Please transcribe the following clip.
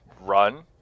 run